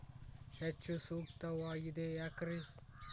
ಹೆಚ್ಚು ಸೂಕ್ತವಾಗಿದೆ ಯಾಕ್ರಿ?